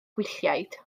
gwylliaid